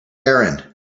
erin